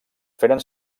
feren